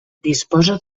disposa